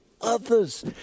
others